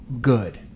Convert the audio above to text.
Good